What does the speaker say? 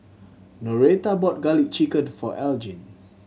Noretta bought Garlic Chicken for Elgin